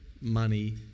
money